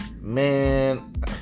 Man